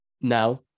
now